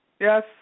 yes